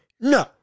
No